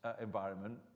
environment